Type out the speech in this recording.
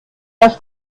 das